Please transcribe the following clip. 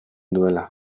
duela